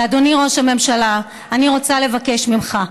ואדוני ראש הממשלה, אני רוצה לבקש ממך: